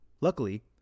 Luckily